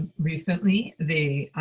recently they